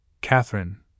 Catherine